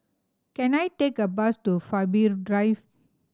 can I take a bus to Faber Drive